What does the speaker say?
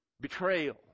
betrayal